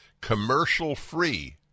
commercial-free